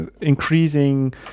increasing